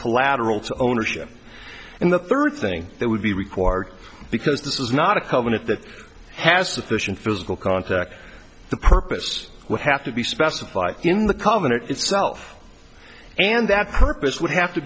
collateral to ownership and the third thing that would be required because this is not a covenant that has sufficient physical contact the purpose would have to be specified in the common itself and that purpose would have to